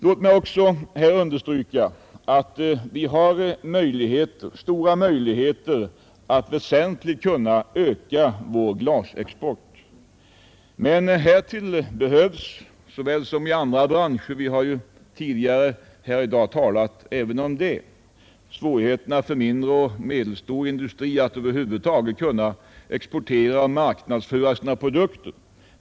Låt mig också understryka att vi har stora möjligheter att väsentligt öka vår glasexport. Men härtill behövs såväl som i andra branscher stöd — vi har tidigare i dag talat om svårigheterna för mindre och medelstor industri att över huvud taget existera och marknadsföra sina produkter.